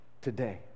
today